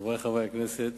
חברי חברי הכנסת,